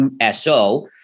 USO